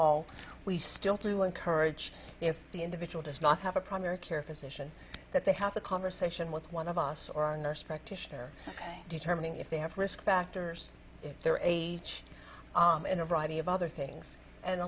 all we still to encourage if the individual does not have a primary care physician that they have a conversation with one of us or a nurse practitioner determining if they have risk factors their age in a variety of other things and